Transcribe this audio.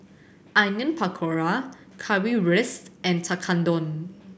Onion Pakora Currywurst and Tekkadon